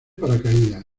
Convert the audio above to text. paracaídas